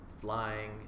flying